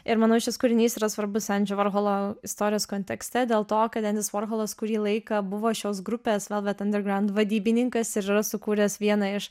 ir manau šis kūrinys yra svarbus endžio vorholo istorijos kontekste dėl to kad endis vorholas kurį laiką buvo šios grupės velvet underground vadybininkas ir yra sukūręs vieną iš